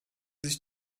sich